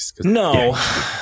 No